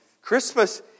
Christmas